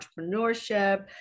entrepreneurship